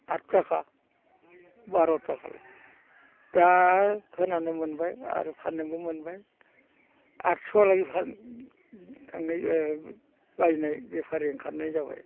आद थाखा बार' थाखाल' दा आरो खोनानो मोनबाय आरो फान्नोबो मोनबाय आथस' लायो थांनाय बायनाय बेफारि ओंखारनाय जाबाय